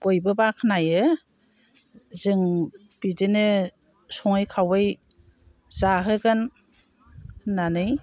बयबो बाख्नायो जों बिदिनो सङै खावै जाहोगोन होननानै